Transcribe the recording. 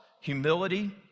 humility